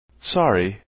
Sorry